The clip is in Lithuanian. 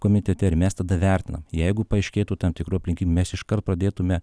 komitete ir mes tada vertinam jeigu paaiškėtų tam tikrų aplinkybių mes iškart pradėtume